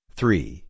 three